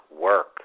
work